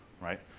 right